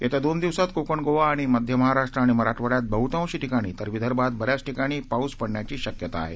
येत्या दोन दिवसात कोकण गोवा आणि मध्य महाराष्ट्र आणि मराठवाड्यात बहुतांश ठिकाणी तर विदर्भात ब याच ठिकाणी पाऊस पडण्याची शक्यता आहे